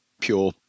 pure